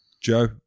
Joe